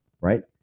Right